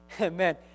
Amen